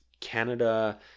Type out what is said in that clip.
Canada